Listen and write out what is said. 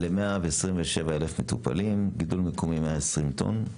ל-127 אלף מטופלים, גידול מקומי 120 טון,